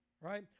right